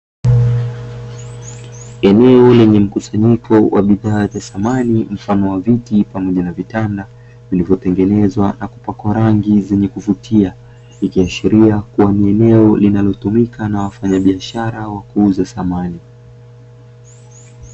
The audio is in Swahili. Eneo lenye mkusanyiko wa bidhaa za samani mfano wa viti pamoja na vitanda vilivyotengenezwa na kupakwa rangi zenye kuvutia, ikiashiria kuwa ni eneo linalotumika na wafanyabiashara wa kuuza samani.